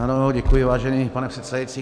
Ano, děkuji, vážený pane předsedající.